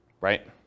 right